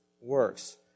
works